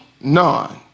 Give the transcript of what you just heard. none